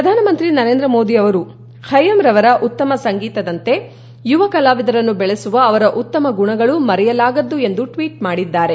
ಪ್ರಧಾನಮಂತ್ರಿ ನರೇಂದ್ರ ಮೋದಿ ಅವರು ಕೈಯ್ಕಂ ಅವರ ಉತ್ತಮ ಸಂಗೀತದಂತೆ ಯುವ ಕಲಾವಿದರನ್ನು ಬೆಳೆಸುವ ಅವರ ಉತ್ತಮ ಗುಣಗಳು ಮರೆಯಲಾಗದ್ದು ಎಂದು ಟ್ವೀಟ್ ಮಾಡಿದ್ದಾರೆ